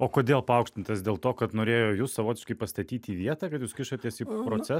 o kodėl paaukštintas dėl to kad norėjo jus savotiškai pastatyti į vietą kad jūs kišatės į procesą